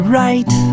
right